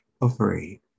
afraid